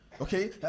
Okay